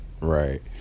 right